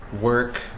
work